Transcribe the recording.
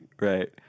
right